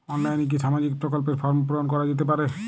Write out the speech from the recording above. অনলাইনে কি সামাজিক প্রকল্পর ফর্ম পূর্ন করা যেতে পারে?